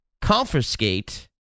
confiscate